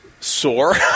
Sore